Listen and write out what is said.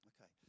Okay